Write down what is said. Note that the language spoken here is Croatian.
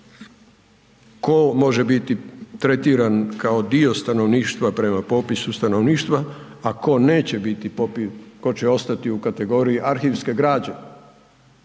ko može biti tretiran kao dio stanovništva prema popisu stanovništva a ko neće biti, ko će ostati u kategoriji arhivske građe,